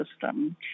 system